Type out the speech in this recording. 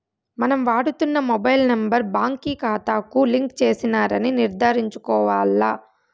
మనం వాడుతున్న mobile number బాంకీ కాతాకు లింక్ చేసినారని నిర్ధారించుకోవాల్ల